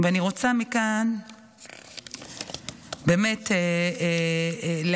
אני רוצה מכאן באמת להמשיך,